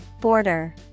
Border